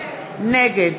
נגד